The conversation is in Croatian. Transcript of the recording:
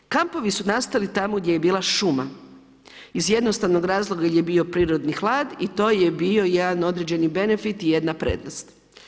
Kampovi su nastali tamo gdje je bila šuma iz jednostavnog razloga jer je bio prirodni hlad i to je bio jedan određeni benefit i jedna prednost.